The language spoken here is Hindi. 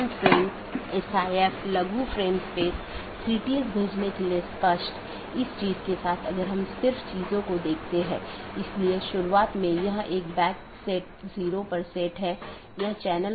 एक ज्ञात अनिवार्य विशेषता एट्रिब्यूट है जोकि सभी BGP कार्यान्वयन द्वारा पहचाना जाना चाहिए और हर अपडेट संदेश के लिए समान होना चाहिए